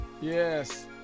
Yes